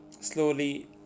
slowly